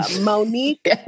Monique